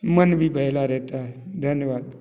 मन भी बहेला रहता है धन्यवाद